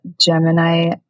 Gemini